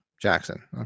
Jackson